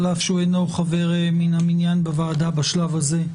על אף שהוא אינו חבר מן המניין בוועדה בשלב הזה,